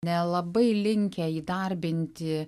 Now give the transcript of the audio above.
nelabai linkę įdarbinti